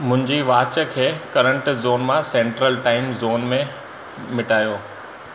मुंहिंजी वाच खे current zone मां सेंट्रल टाइम ज़ोन में मटायो